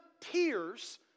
tears